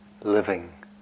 living